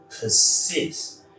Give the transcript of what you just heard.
persist